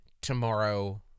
tomorrow